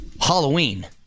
Halloween